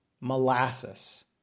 molasses